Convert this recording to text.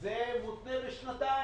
זה אומר יותר מ-20 יום בשלוש שנים.